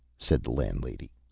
said the landlady.